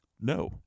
No